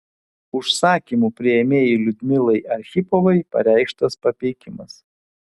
užsakymų priėmėjai liudmilai archipovai pareikštas papeikimas